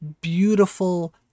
beautiful